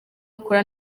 akora